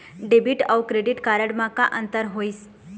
Debit अऊ credit card म का अंतर होइस?